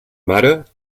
mare